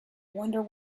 wonder